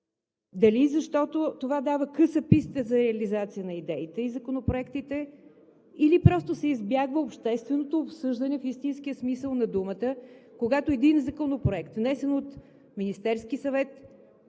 Дали защото това дава къса писта за реализация на идеите и законопроектите, или просто се избягва общественото обсъждане в истинския смисъл на думата, когато един законопроект, внесен от Министерския съвет,